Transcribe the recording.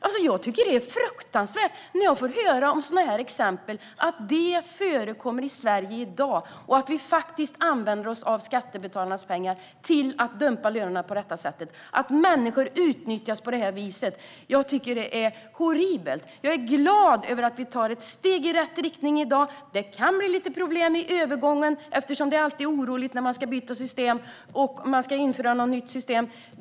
När jag hör sådana här exempel tycker jag att det är fruktansvärt att det förekommer i Sverige i dag, att vi faktiskt använder skattebetalarnas pengar till att dumpa lönerna på det här sättet och att människor utnyttjas på det här viset. Jag tycker att det är horribelt. Jag är glad över att vi tar ett steg i rätt riktning i dag. Det kan bli lite problem i övergången eftersom det alltid är oroligt när man ska byta system och införa ett nytt system.